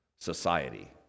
society